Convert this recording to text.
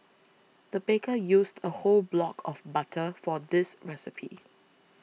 the baker used a whole block of butter for this recipe